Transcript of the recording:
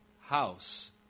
house